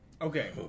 Okay